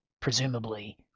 presumably